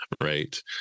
right